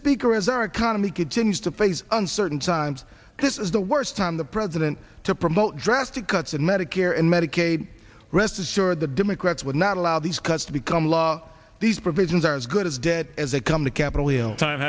bigger is our economy continues to face uncertain times this is the worst time the president to promote drastic cuts in medicare and medicaid rest assured the democrats would not allow these cuts to become law these provisions are as good as dead as they come to capitol hill time